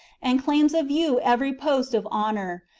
and claims of you every post of honour,